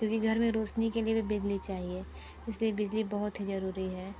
क्योंकि घर में रोशनी के लिए भी बिजली चाहिए इसलिए बहुत ही जरूरी है